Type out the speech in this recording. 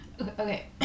okay